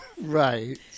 Right